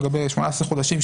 לגבי 18 חודשים,